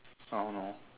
I don't know